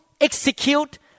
execute